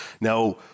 now